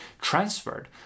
transferred